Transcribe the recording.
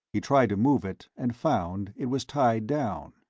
he tried to move it and found it was tied down.